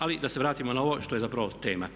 Ali da se vratimo na ovo što je zapravo tema.